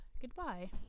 Goodbye